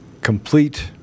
complete